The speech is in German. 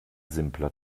simpler